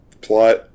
Plot